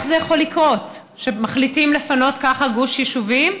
איך זה יכול לקרות שמחליטים לפנות ככה גוש יישובים?